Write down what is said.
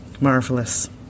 Marvelous